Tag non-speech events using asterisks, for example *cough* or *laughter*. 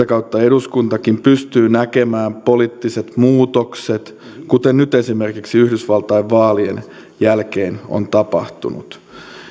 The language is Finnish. *unintelligible* kautta eduskuntakin pystyy näkemään poliittiset muutokset kuten nyt esimerkiksi yhdysvaltain vaalien jälkeen on tapahtunut